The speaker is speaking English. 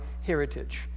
heritage